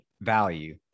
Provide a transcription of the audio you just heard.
value